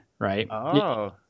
Right